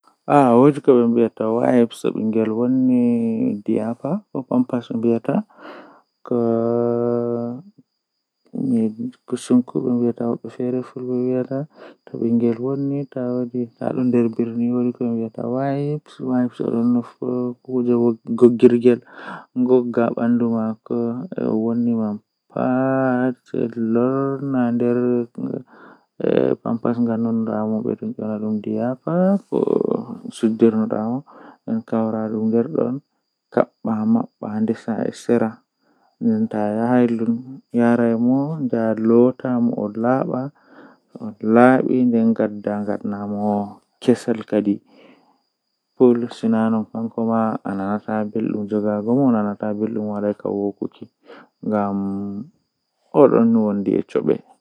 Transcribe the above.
Eh huutu jei mi buri yiduki kanjum woni eh julde sumai ko wadi bo himbe habdi be weelo haa nder sumai nyende mai be wiyan koomoi siwti yaha nyama ko yidi kanjum do don wela mi masin.